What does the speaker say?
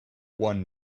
one